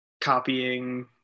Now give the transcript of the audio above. copying